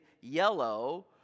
yellow